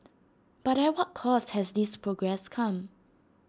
but at what cost has this progress come